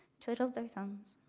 twiddled their thumbs,